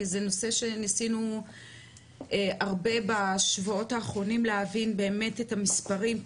כי זה נושא שניסינו הרבה בשבועות האחרונים להבין באמת את המספרים,